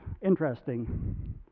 interesting